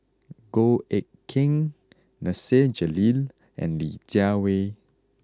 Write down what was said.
Goh Eck Kheng Nasir Jalil and Li Jiawei